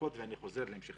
ואני חוזר להמשך הדיון.